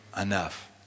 enough